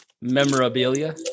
memorabilia